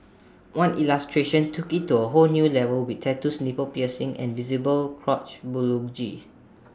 one illustration took IT to A whole new level with tattoos nipple piercings and visible crotch